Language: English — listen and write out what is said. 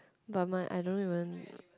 but my I don't even